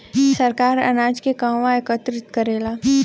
सरकार अनाज के कहवा एकत्रित करेला?